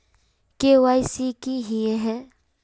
KYC की हिये है?